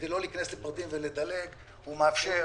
כדי לא להיכנס לפרטים, ולדלג, הוא מאפשר